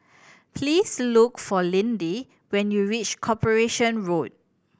please look for Lindy when you reach Corporation Road